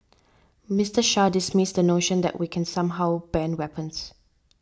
Mister Shah dismissed the notion that we can somehow ban weapons